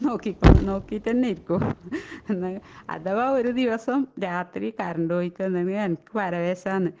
നോക്കിക്കോ നോക്കീട്ടുതന്നെ ഇരിക്കും എന്നെങ്കിലും അഥവാ ഒരു ദിവസം രാത്രി കറണ്ട് പോയി കഴിഞ്ഞാൽ എന്നെങ്കിൽ എനിക്ക് പരവേശമാണ്